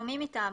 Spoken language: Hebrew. או מי מטעמו,